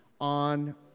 on